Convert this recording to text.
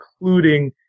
including